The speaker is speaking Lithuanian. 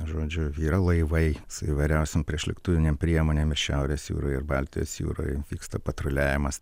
žodžiu yra laivai su įvairiausiom priešlėktuvinėm priemonėm ir šiaurės jūroj ir baltijos jūroj vyksta patruliavimas